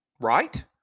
right